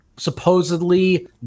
supposedly